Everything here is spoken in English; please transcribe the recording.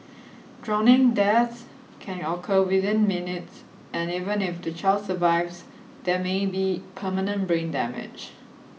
drowning deaths can occur within minutes and even if the child survives there may be permanent brain damage